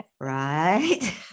Right